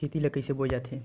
खेती ला कइसे बोय जाथे?